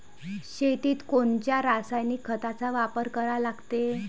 शेतीत कोनच्या रासायनिक खताचा वापर करा लागते?